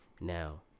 now